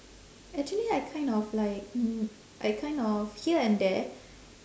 actually I kind of like mm I kind of here and there